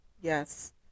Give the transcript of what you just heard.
yes